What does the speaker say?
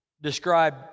describe